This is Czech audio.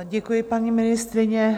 Děkuji, paní ministryně.